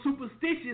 superstitious